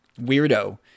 weirdo